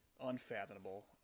Unfathomable